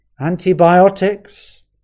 antibiotics